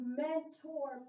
mentor